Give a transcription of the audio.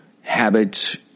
habits